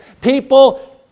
People